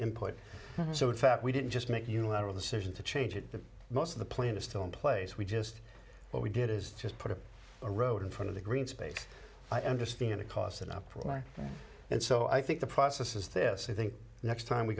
input so in fact we didn't just make a unilateral decision to change it to most of the plant is still in place we just what we did is just put up a road in front of the green space i understand it costs it up for it so i think the process is this i think next time we